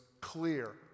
clear